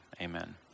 Amen